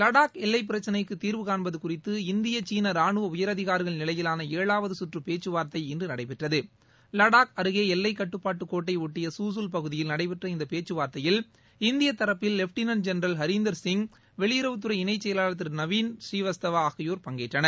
வடாக் எல்லை பிரச்சினைக்கு தீர்வு காண்பது குறித்து இந்தியா சீனா ரானுவ உயரதிகாரிகள் நிலையிலான ஏழாவது சுற்று பேச்சுவார்த்தை இன்று நடைபெற்றது லடாக் அருகே எல்லை கட்டுப்பாட்டு கோட்டை ஒட்டிய சுசுல் பகுதியில் நடைபெற்ற இந்த பேச்சுவார்த்தையில் இந்திய தரப்பில் வெட்டினன் ஜென்ரல் ஹரிந்தர்சிங் வெளியுறவுத் துறை இணை செயலாளர் திரு நவீன் ஸ்ரீவஸ்தவா ஆகியோர் பங்கேற்றனர்